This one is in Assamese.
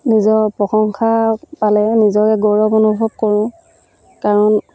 নিজৰ প্ৰশংসা পালে নিজকে গৌৰৱ অনুভৱ কৰোঁ কাৰণ